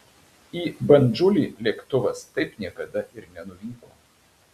į bandžulį lėktuvas taip niekada ir nenuvyko